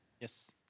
Yes